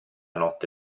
notte